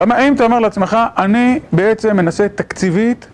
אם את אומר לעצמך אני בעצם מנסה תקציבית